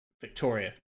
Victoria